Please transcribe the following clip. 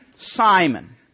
Simon